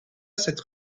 cette